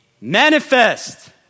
manifest